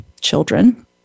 children